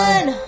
One